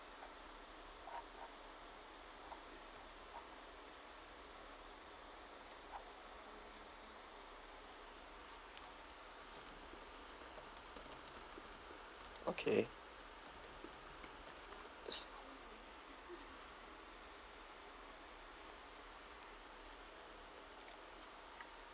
okay